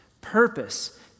purpose